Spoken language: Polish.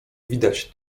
widać